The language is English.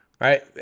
right